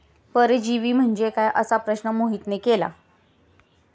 परजीवी म्हणजे काय? असा प्रश्न मोहितने केला